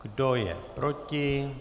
Kdo je proti?